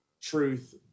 truth